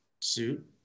suit